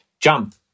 jump